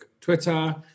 twitter